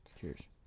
Cheers